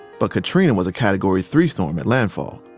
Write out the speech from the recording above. but katrina was a category three storm at landfall.